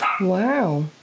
Wow